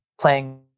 playing